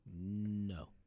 No